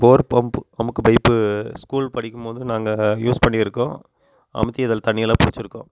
போர் pump நமக்கு pipe school படிக்கும் போது நாங்கள் யூஸ் பண்ணியிருக்கோம் அமுத்தி அதில் தண்ணியெல்லாம் பிடிச்சிருக்கோம்